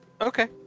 Okay